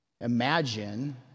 imagine